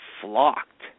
flocked